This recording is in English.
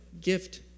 gift